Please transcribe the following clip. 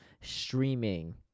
streaming